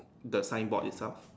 the sign board itself